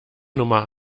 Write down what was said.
nummer